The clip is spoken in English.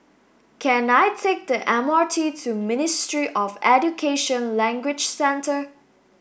can I take the M R T to Ministry of Education Language Centre